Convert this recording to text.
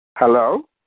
Hello